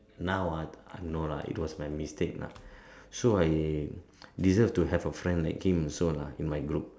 now ah no lah it was my mistakes lah so I deserve to have a friend like him lah in my group